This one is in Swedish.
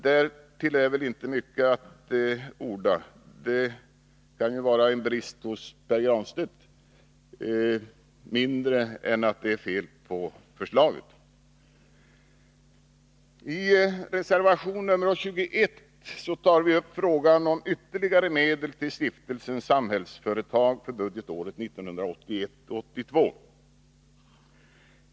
Därtill är väl inte mycket att säga, utom att det kanske snarare är en brist hos Pär Granstedt än fel på förslaget. I reservation 21 tar vi upp frågan om ytterligare medel till Stiftelsen Samhällsföretag för budgetåret 1981/82.